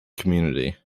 community